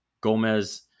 Gomez